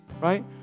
Right